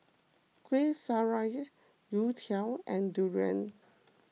Kuih Syara Youtiao and Durian